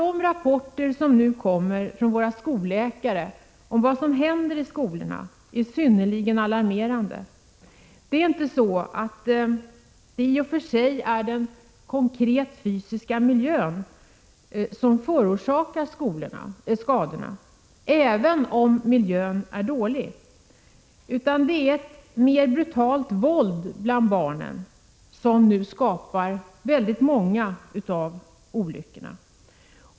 Men rapporter som nu kommer från våra skolläkare om vad som händer i skolorna är synnerligen alarmerande. Det är i och för sig inte den konkreta fysiska miljön som förorsakar skadorna — även om miljön är dålig — utan det är ett mer brutalt våld bland barnen som nu skapar väldigt många olyckor.